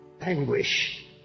Anguish